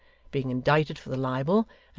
being indicted for the libel,